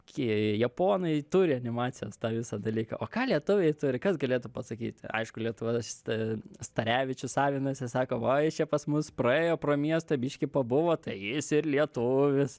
ki japonai turi animacijos tą visą dalyką o ką lietuviai turi kas galėtų pasakyti aišku lietuva sta starevičių savinasi sako va jis čia pas mus praėjo pro miestą biškį pabuvo tai jis ir lietuvis